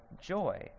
joy